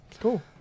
Cool